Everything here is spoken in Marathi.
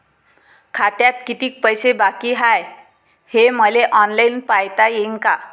खात्यात कितीक पैसे बाकी हाय हे मले ऑनलाईन पायता येईन का?